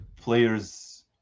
players